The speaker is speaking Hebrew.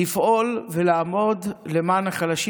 לעמוד ולפעול למען החלשים.